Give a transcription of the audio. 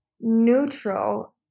neutral